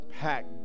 pack